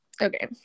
Okay